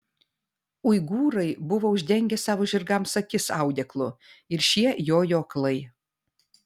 uigūrai buvo uždengę savo žirgams akis audeklu ir šie jojo aklai